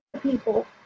people